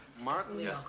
Martin